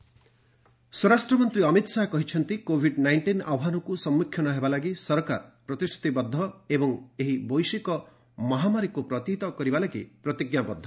ଅମିତ ଶାହା ସ୍ୱରାଷ୍ଟ୍ର ମନ୍ତ୍ରୀ ଅମିତ ଶାହା କହିଛନ୍ତି କୋଭିଡ୍ ନାଇଷ୍ଟିନ୍ ଆହ୍ପାନକୁ ସମ୍ପଖୀନ ହେବା ଲାଗି ସରକାର ପ୍ରତିଶ୍ରତିବଦ୍ଧ ଏବଂ ଏହି ବୈଶ୍ୱିକ ମହାମାରୀକୁ ପ୍ରତିହତ କରିବା ଲାଗି ପ୍ରତିଜ୍ଞାବଦ୍ଧ